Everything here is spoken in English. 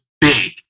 big